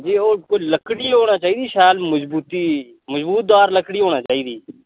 हां जी ओह् कोई लक्कड़ी ने चाहिदी शैल मजबूती मजबूतदार लक्कड़ी होना चाहिदी